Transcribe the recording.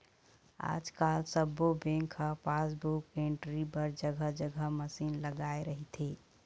आजकाल सब्बो बेंक ह पासबुक एंटरी बर जघा जघा मसीन लगाए रहिथे